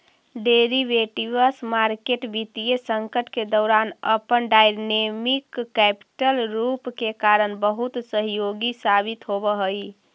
derivatives market वित्तीय संकट के दौरान अपन डायनेमिक कैपिटल रूप के कारण बहुत सहयोगी साबित होवऽ हइ